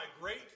great